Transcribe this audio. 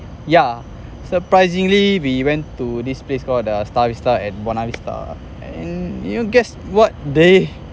yeah surprisingly we went to this place called the star vista at buona vista and you guess what they